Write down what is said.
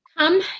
Come